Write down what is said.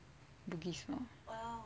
bugis lor